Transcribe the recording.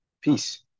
Peace